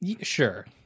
Sure